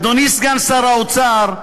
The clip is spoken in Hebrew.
אדוני סגן שר האוצר,